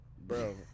Bro